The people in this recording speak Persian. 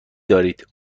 دارید